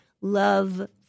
love